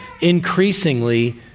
increasingly